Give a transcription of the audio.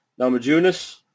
namajunas